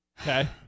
Okay